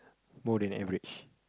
more than average